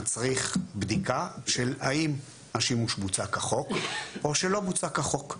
מצריך בדיקה של האם השימוש בוצע כחוק או שהוא לא בוצע כחוק.